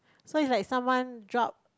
so you like someone drop